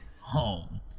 home